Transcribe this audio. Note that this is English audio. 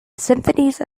symphonies